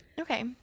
okay